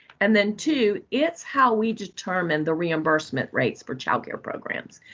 and then two, it's how we determine the reimbursement rates for ah care programs.